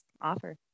offer